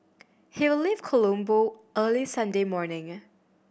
he will leave Colombo early Sunday morning